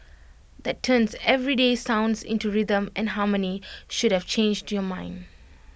that turns everyday sounds into rhythm and harmony should have changed your mind